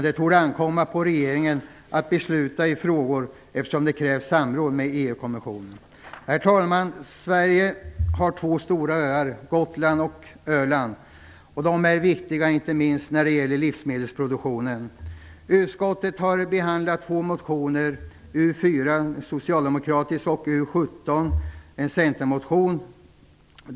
Det torde ankomma på regeringen att besluta i frågan, eftersom det krävs samråd med EU Herr talman! Sverige har två stora öar, Gotland och Öland. De är viktiga inte minst när det gäller livsmedelsproduktionen. Utskottet har behandlat två motioner.